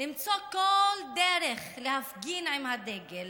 למצוא כל דרך להפגין עם הדגל,